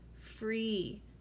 free